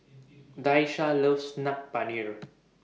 Daisha loves Saag Paneer